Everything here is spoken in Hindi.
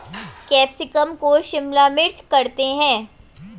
कैप्सिकम को शिमला मिर्च करते हैं